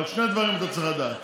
אבל שני דברים אתה צריך לדעת: